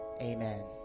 amen